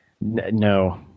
no